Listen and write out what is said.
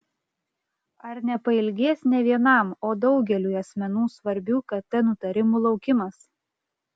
ar nepailgės ne vienam o daugeliui asmenų svarbių kt nutarimų laukimas